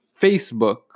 Facebook